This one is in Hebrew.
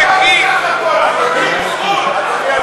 איך אפשר